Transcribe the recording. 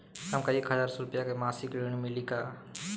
हमका एक हज़ार रूपया के मासिक ऋण मिली का?